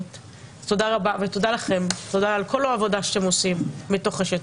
תודה לכם, תודה על כל העבודה שאתם עושים בשטח.